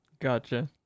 Gotcha